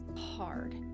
hard